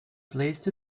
placed